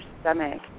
stomach